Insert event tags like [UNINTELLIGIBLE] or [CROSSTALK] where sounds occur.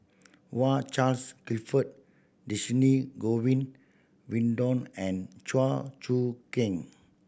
[UNINTELLIGIBLE] Charles Clifford Dhershini Govin Winodan and Chew Choo Keng